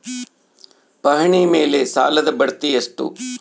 ಪಹಣಿ ಮೇಲೆ ಸಾಲದ ಬಡ್ಡಿ ಎಷ್ಟು?